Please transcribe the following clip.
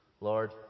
Lord